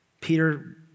Peter